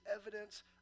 evidence